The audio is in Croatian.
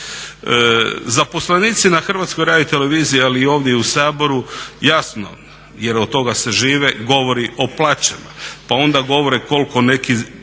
Zaposlenici na HRT-u ali i ovdje u Saboru jasno jer od toga se živi govore o plaćama. Pa onda govore koliko neki